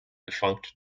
defunct